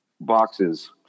boxes